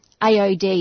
AOD